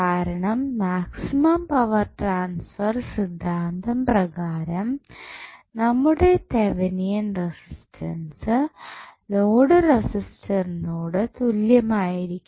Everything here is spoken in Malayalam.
കാരണം മാക്സിമം പവർ ട്രാൻസ്ഫർ സിദ്ധാന്തം പ്രകാരം നമ്മുടെ തെവനിയൻ റെസിസ്റ്റൻസ് ലോഡ് റെസിസ്റ്റർനോട് തുല്യമായിരിക്കണം